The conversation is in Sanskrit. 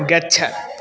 गच्छ